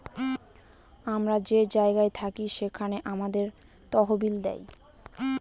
আমরা যে জায়গায় থাকি সেখানে আমাদের তহবিল দেয়